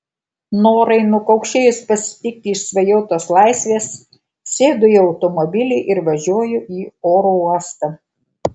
norai nukaukšėjus pasitikti išsvajotos laisvės sėdu į automobilį ir važiuoju į oro uostą